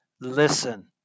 listen